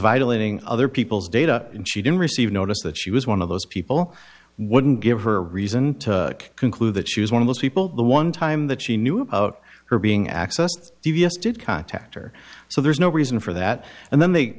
violating other people's data and she didn't receive notice that she was one of those people wouldn't give her reason to conclude that she was one of those people the one time that she knew about her being accessed d v s did contact or so there's no reason for that and then they